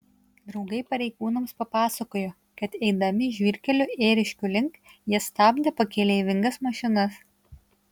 draugai pareigūnams papasakojo kad eidami žvyrkeliu ėriškių link jie stabdė pakeleivingas mašinas